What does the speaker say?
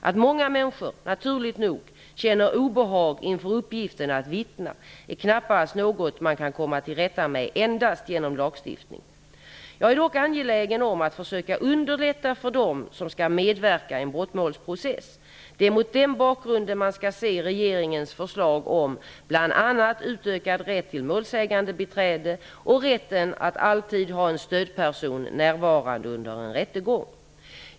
Att många människor, naturligt nog, känner obehag inför uppgiften att vittna är knappast något man kan komma till rätta med endast genom lagstiftning. Jag är dock angelägen om att försöka underlätta för dem som skall medverka i en brottmålsprocess. Det är mot den bakgrunden man skall se regeringens förslag om bl.a. utökad rätt till målsägandebiträde och rätten att alltid ha en stödperson närvarande under en rättegång.